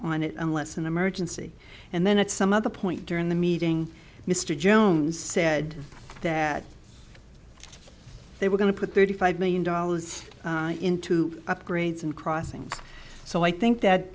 on it unless an emergency and then at some other point during the meeting mr jones said that they were going to put thirty five million dollars into upgrades and crossings so i think that